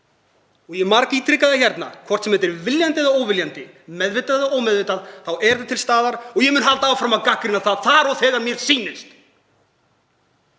Ég margítrekaði hérna, hvort sem þetta er viljandi eða óviljandi, meðvitað eða ómeðvitað, að þetta er til staðar og ég mun halda áfram að gagnrýna það þar og þegar sem mér sýnist.